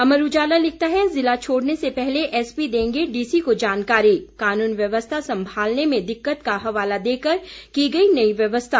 अमर उजाला लिखता है जिला छोड़ने से पहले एसपी देंगे डीसी को जानकारी कानून व्यवस्था संभालने में दिक्कत का हवाला देकर की गई नई व्यवस्था